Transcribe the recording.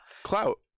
Clout